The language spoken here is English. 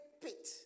pit